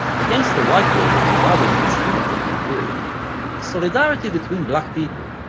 against a white world that regarded it as primitive and inferior solidarity between black people,